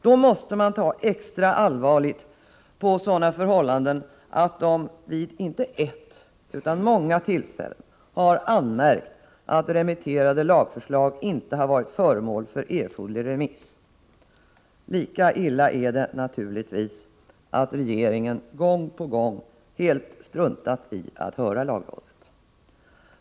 Då måste man ta extra allvarligt på det förhållandet att lagrådets ledamöter vid inte ett utan många tillfällen har anmärkt på att remitterade lagförslag inte har varit föremål för erforderlig remiss. Lika illa är det naturligtvis att regeringen gång på gång helt har struntat i att höra lagrådet.